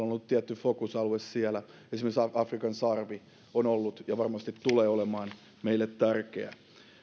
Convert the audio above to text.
on ollut tietty fokusalue siellä esimerkiksi afrikan sarvi on ollut ja varmasti tulee olemaan meille tärkeä